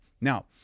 Now